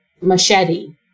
machete